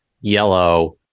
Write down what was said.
yellow